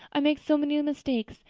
i make so many mistakes.